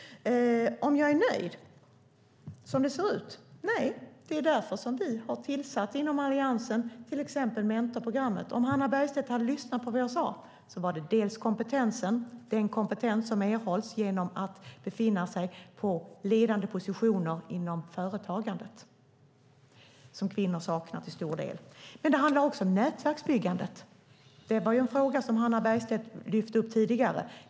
Är jag nöjd som det ser ut? Nej, det är därför som vi i Alliansen till exempel har tillsatt mentorprogrammet. Om Hannah Bergstedt hade lyssnat på vad jag sade hade hon hört att det handlade om den kompetens om erhålls genom att man befinner sig på ledande positioner inom företagandet. Den saknar kvinnor till stor del. Det handlar också om nätverksbyggandet. Det var en fråga som Hannah Bergstedt lyfte upp tidigare.